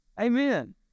Amen